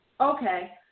Okay